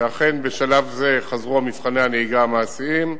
ואכן בשלב זה חזרו מבחני הנהיגה המעשיים,